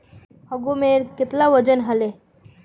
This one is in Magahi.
गहोमेर कतेला वजन हले